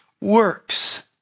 works